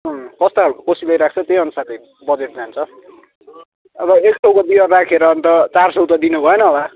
अँ कस्तो खालको कोसेली लिएर आएको छ त्यही अनुसारले बजेट जान्छ अब एक सयको बियर राखेर अन्त चार सय त दिनु भएन होला